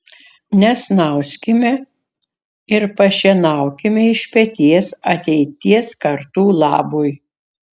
nesnauskime ir pašienaukime iš peties ateities kartų labui